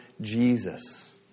Jesus